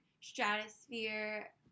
stratosphere